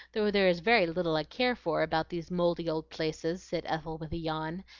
though there is very little i care for about these mouldy old places, said ethel with a yawn,